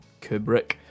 Kubrick